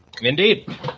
Indeed